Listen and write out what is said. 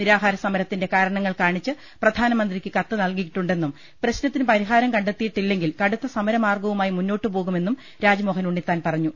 നിരാഹാര സമരത്തിന്റെ കാരണങ്ങൾ കാണിച്ച് പ്രധാനമന്ത്രിക്ക് കത്ത് നൽകിയിട്ടുണ്ടെന്നും പ്രശ്നത്തിന് പരിഹാരം കണ്ടെത്തിയില്ലെങ്കിൽ കടുത്ത സമ രമാർഗവുമായി മുന്നോട്ടു പോകുമെന്നും രാജ്മോഹൻ ഉണ്ണിത്താൻ പറഞ്ഞു